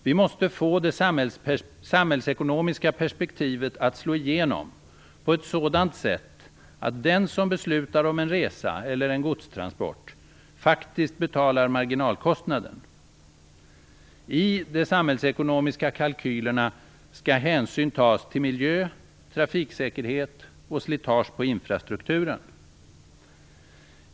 Vi måste få det samhällsekonomiska perspektivet att slå igenom på ett sådant sätt att den som beslutar om en resa eller en godstransport faktiskt betalar marginalkostnaden. I de samhällsekonomiska kalkylerna skall hänsyn tas till miljö, trafiksäkerhet och slitage på infrastrukturen.